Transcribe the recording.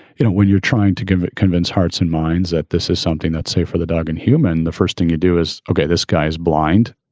you know, when you're trying to convince hearts and minds that this is something that's safe the dog and human, the first thing you do is, ok, this guy's blind.